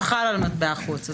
הסעיף חל על מטבע חוץ.